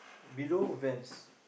below Vans